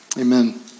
amen